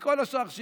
וכל השאר,